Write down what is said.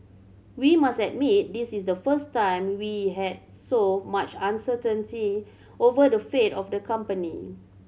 we must admit this is the first time we had so much uncertainty over the fate of the company